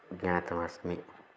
ज्ञातमस्मि